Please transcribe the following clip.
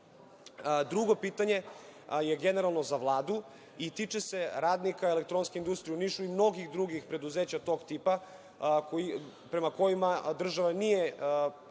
pitanje je generalno za Vladu i tiče se radnika Elektronske industrije u Nišu i mnogih drugih preduzeća tog tipa prema kojima država nije